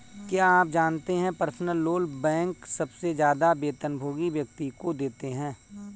क्या आप जानते है पर्सनल लोन बैंक सबसे ज्यादा वेतनभोगी व्यक्ति को देते हैं?